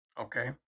Okay